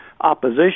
opposition